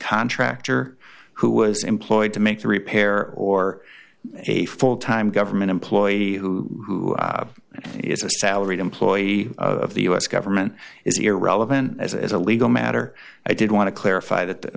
contractor who was employed to make the repair or a full time government employee who is a salaried employee of the u s government is irrelevant as a legal matter i did want to clarify that